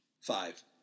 five